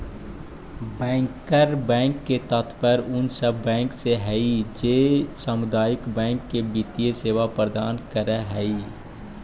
bankers bank से तात्पर्य उ सब बैंक से हइ जे सामुदायिक बैंक के वित्तीय सेवा प्रदान करऽ हइ